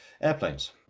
airplanes